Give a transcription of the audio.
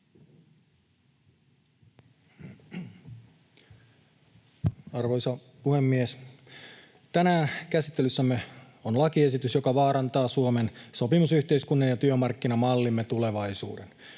Arvoisa puhemies! Tänään käsittelyssämme on lakiesitys, joka vaarantaa Suomen sopimusyhteiskunnan ja työmarkkinamallimme tulevaisuuden.